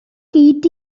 hyd